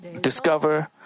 discover